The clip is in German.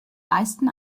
leisten